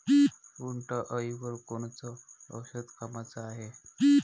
उंटअळीवर कोनचं औषध कामाचं हाये?